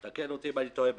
תקן אותי אם אני טועה.